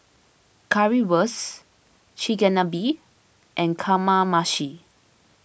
Currywurst Chigenabe and Kamameshi